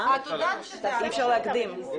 אין בעיה, מוסיפים לה הסתייגות דיבור במליאה.